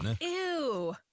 Ew